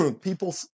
people